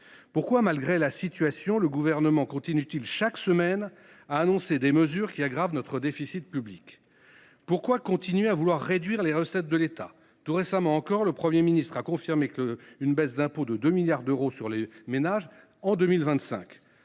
Pourquoi, malgré la situation, le Gouvernement continue t il chaque semaine d’annoncer des mesures qui aggravent notre déficit public ? Pourquoi continuer à vouloir réduire les recettes de l’État ? Tout récemment encore, le Premier ministre a confirmé qu’une baisse d’impôts de 2 milliards d’euros serait appliquée en 2025